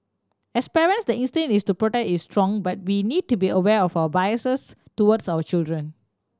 as parents the instincts to protect is strong but we need to be aware of our biases towards our children